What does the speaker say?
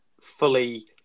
fully